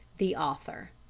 the author.